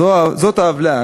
זאת העוולה